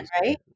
right